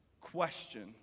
question